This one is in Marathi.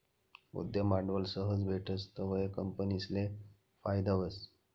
उद्यम भांडवल सहज भेटस तवंय कंपनीसले फायदा व्हस